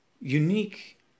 unique